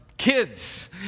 Kids